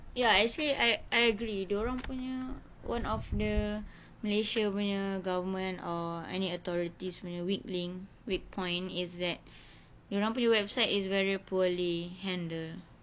ya actually I I agree dorang punya one of the malaysia punya government or any authorities when punya weak link weak point is that dorang punya website is very poorly handle